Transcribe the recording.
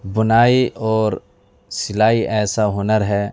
بنائی اور سلائی ایسا ہنر ہے